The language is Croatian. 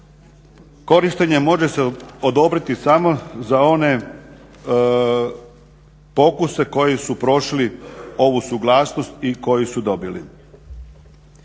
Korištenje može se odobriti samo za one pokuse koji su prošli ovu suglasnost i koji su dobili.